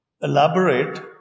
elaborate